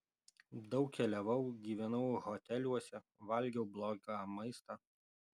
daug keliavau gyvenau hoteliuose valgiau blogą maistą